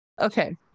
okay